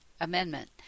amendment